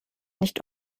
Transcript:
nicht